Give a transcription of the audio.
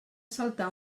saltar